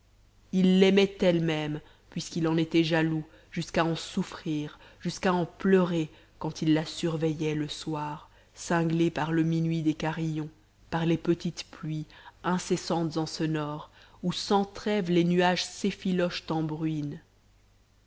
il l'aimait elle-même puisqu'il en était jaloux jusqu'à en souffrir jusqu'à en pleurer quand il la surveillait le soir cinglé par le minuit des carillons par les petites pluies incessantes en ce nord où sans trêve les nuages s'effilochent en bruines